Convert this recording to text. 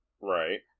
Right